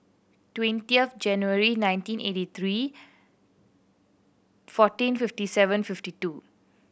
twentieth January nineteen eighty three fourteen fifty seven fifty two